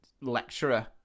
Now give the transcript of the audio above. lecturer